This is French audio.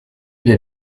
des